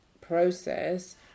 process